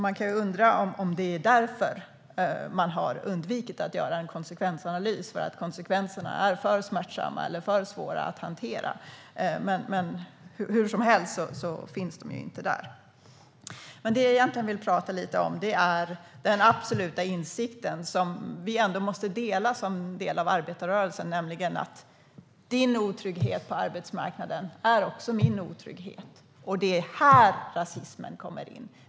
Jag undrar om det är därför man undvikit att göra en konsekvensanalys. Är konsekvenserna för smärtsamma eller för svåra att hantera? Hur som helst finns de inte där. Det jag egentligen vill prata lite om är den absoluta insikt som vi ändå måste dela som en del av arbetarrörelsen, nämligen att din otrygghet på arbetsmarknaden också är min otrygghet. Det är här rasismen kommer in.